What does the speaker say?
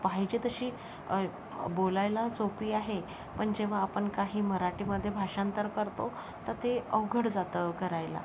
पाहिजे तशी बोलायला सोपी आहे पण जेव्हा आपण काही मराठीमध्ये भाषांतर करतो तर ते अवघड जातं करायला